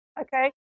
Okay